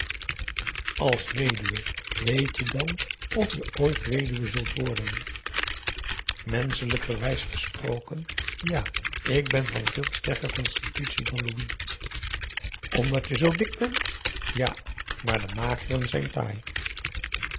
als weduwe weet je dan of je ooit weduwe zult worden menschelijkerwijs gesproken ja ik ben van veel sterker constitutie dan louis omdat je zoo dik bent ja maar de mageren zijn taai